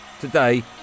today